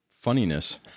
funniness